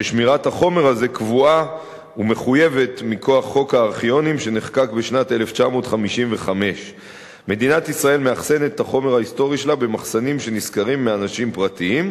ששמירת החומר הזה קבועה ומחויבת מכוח חוק הארכיונים שנחקק בשנת 1955. מדינת ישראל מאחסנת את החומר ההיסטורי שלה במחסנים שנשכרים מאנשים פרטיים.